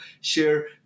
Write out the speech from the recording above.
share